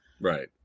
right